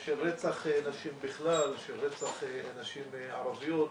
של רצח נשים בכלל, של רצח נשים ערביות,